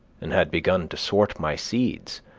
and had begun to sort my seeds,